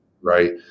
Right